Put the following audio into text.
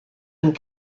and